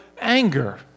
anger